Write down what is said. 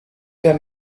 der